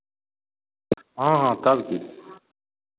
हँ हँ तब की